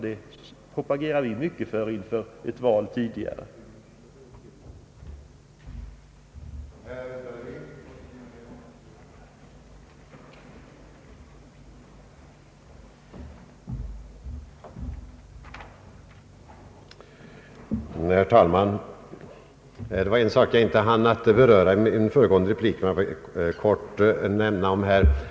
Det propagerade vi mycket för inför ett tidigare val.